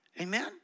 Amen